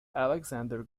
alexander